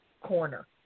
corner